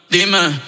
Demon